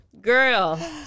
Girl